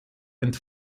and